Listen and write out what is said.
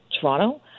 Toronto